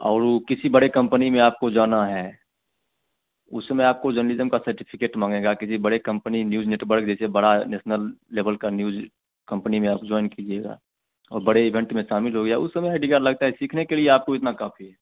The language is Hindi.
और वह किसी बड़े कंपनी में आपको जाना है उसमें आपको जर्नलिज्म का सर्टिफिकेट मांगेगा किसी बड़े कंपनी न्यूज़ नेटवर्क जैसे बड़ा नेशनल लेवल की न्यूज कंपनी में आप जॉइन कीजिएगा और बड़े इवेंट में शामिल हो गया उसे समय आई डी कार्ड लगता है सीखने के लिए आपको इतना काफ़ी है